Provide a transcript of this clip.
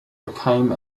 became